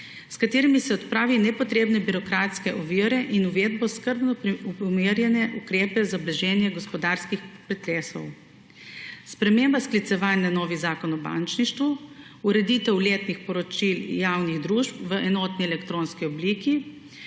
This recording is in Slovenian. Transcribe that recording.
s katerimi se odpravi nepotrebne birokratske ovire in uvedbo skrbno umerjene ukrepe za blaženje gospodarskih pretresov; sprememba sklicevanja na novi Zakon o bančništvu; ureditev letnih poročil javnih družb v enotni elektronski obliki;